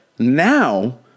Now